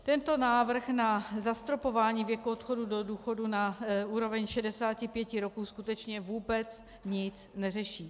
Tento návrh na zastropování věku odchodu do důchodu na úroveň 65 roků skutečně vůbec nic neřeší.